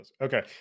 Okay